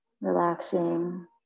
Relaxing